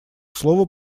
слово